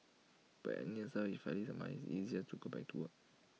but at least now if I need money it's easier to go back to work